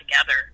together